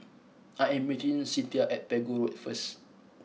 I am meeting Cinthia at Pegu Road first